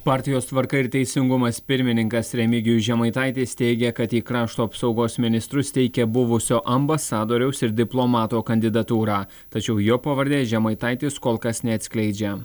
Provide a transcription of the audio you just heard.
partijos tvarka ir teisingumas pirmininkas remigijus žemaitaitis teigia kad į krašto apsaugos ministrus teikia buvusio ambasadoriaus ir diplomato kandidatūrą tačiau jo pavardės žemaitaitis kol kas neatskleidžia